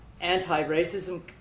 anti-racism